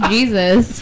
Jesus